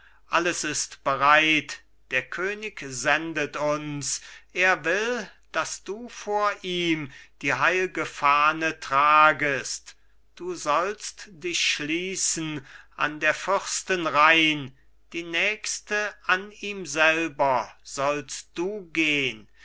alles ist bereit der könig sendet uns er will daß du vor ihm die heilge fahne tragest du sollst dich schließen an der fürsten reihn die nächste an ihm selber sollst du gehn